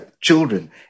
children